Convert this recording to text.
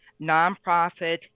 nonprofit